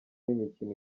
n’imikino